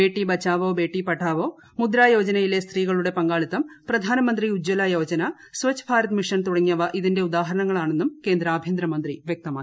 ബേട്ടി ബെച്ചാവോ ബേട്ടി പഠാവോ മുദ്രാ യോജനയിലെ സ്ത്രീകളുടെ പങ്കാളിത്തം പ്രധാനമന്ത്രി ഉജ്ജ്വല യോജന സ്വച്ച് ഭാരത് മിഷൻ തുടങ്ങിയവ ഇതിന്റെ ഉദാഹരങ്ങളാണെന്നും കേന്ദ്ര ആഭ്യന്തരമന്ത്രി വ്യക്തമാക്കി